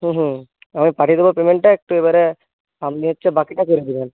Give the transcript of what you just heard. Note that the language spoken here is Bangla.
হুম হুম আমি পাঠিয়ে দেবো পেমেন্টটা একটু এবারে আপনি হচ্ছে বাকিটা করে দেবেন